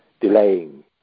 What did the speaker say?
delaying